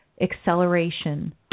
acceleration